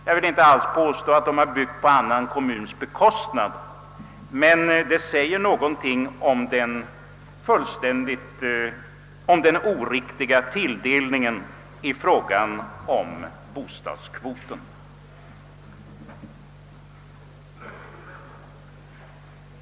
Jag vill inte alls påstå att man byggt på annan kommuns bekostnad, men uttalandet säger likväl något om den oriktiga fördelningen av bostadskvoten.